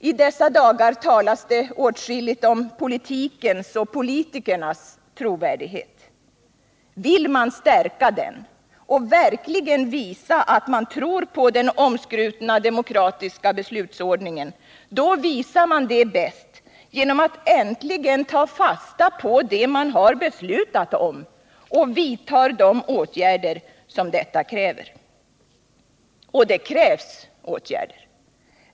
I dessa dagar talas det åtskilligt om politikens och politikernas trovärdighet. Vill man stärka den och verkligen visa att man tror på den omskrutna demokratiska beslutsordningen, då visar man det bäst genom att äntligen ta fasta på det man beslutat om och vidta de åtgärder som detta beslut kräver. Och det krävs åtgärder!